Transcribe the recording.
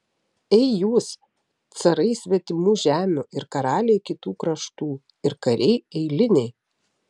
ei jūs carai svetimų žemių ir karaliai kitų kraštų ir kariai eiliniai